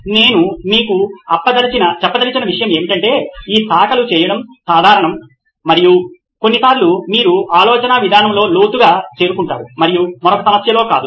కాబట్టి నేను మీకు చెప్పదలచిన విషయం ఏమిటంటే ఈ శాఖలు చేయడం సాధారణం మరియు కొన్నిసార్లు మీరు ఒక ఆలోచనా విధానంలో లోతుగా చేరుకుంటారు మరియు మరొక సమస్యలో కాదు